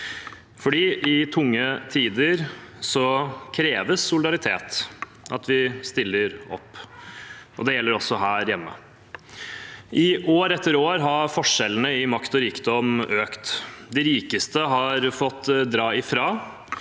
fordi i tunge tider kreves det solidaritet, at vi stiller opp. Det gjelder også her hjemme. I år etter år har forskjellene i makt og rikdom økt. De rikeste har fått dra ifra,